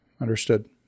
understood